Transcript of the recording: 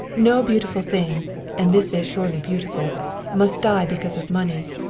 no beautiful thing and this is surely beautiful must die because of money.